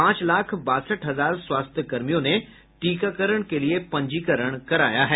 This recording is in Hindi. पांच लाख बासठ हजार स्वास्थ्य कर्मियों ने टीकाकरण के लिए पंजीकरण कराया है